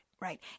right